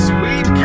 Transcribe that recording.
Sweet